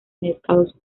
mercados